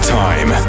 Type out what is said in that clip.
time